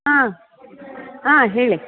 ಹಾಂ ಹಾಂ ಹೇಳಿ